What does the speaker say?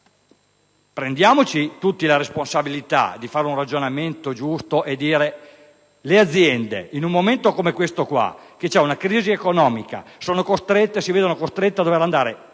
prendiamoci tutti la responsabilità di fare un ragionamento giusto: le aziende in un momento come questo di crisi economica si vedono costrette ad andare